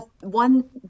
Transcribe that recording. one